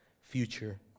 future